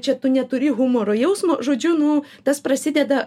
čia tu neturi humoro jausmo žodžiu nu tas prasideda